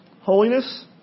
Holiness